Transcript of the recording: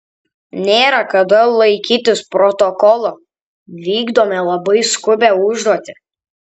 nėra kada laikytis protokolo vykdome labai skubią užduotį